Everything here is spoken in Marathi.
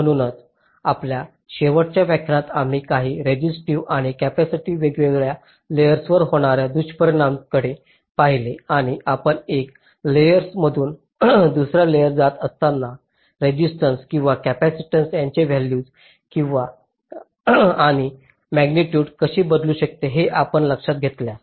म्हणूनच आपल्या शेवटच्या व्याख्यानात आम्ही काही रेसिस्टिव्ह आणि कॅपेसिटिव वेगवेगळ्या लेयर्सांवर होणाऱ्या दुष्परिणामांकडे पाहिले आणि आपण एका लेयर्सातून दुस या लेयर्सात जात असताना रेसिस्टन्स आणि कॅपॅसिटन्सस यांचे व्हॅल्युज आणि मॅग्निडूड कशी बदलू शकते हे आपण लक्षात घेतल्यास